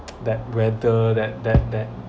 that whether that that that